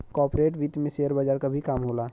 corporate वित्त में share बजार क भी काम होला